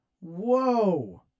Whoa